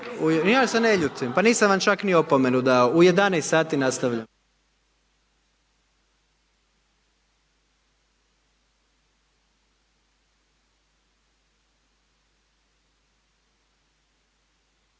Ja se ne ljutim. Pa nisam vam čak ni opomenu dao. U 11 sati nastavljamo.